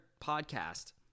podcast